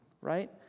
Right